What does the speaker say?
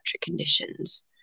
conditions